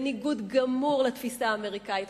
בניגוד גמור לתפיסה האמריקנית.